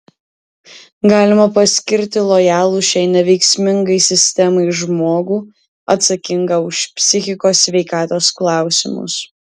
galima paskirti lojalų šiai neveiksmingai sistemai žmogų atsakingą už psichikos sveikatos klausimus